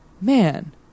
man